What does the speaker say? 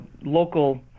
local